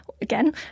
again